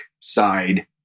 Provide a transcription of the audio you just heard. side